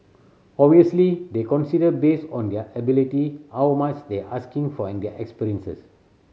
obviously they'll considered based on their ability how much they are asking for and their experience